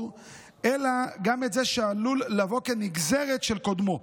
אלא גם את זה שעלול לבוא כנגזרת של קודמו,